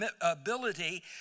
ability